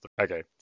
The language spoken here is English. okay